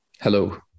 hello